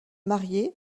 marié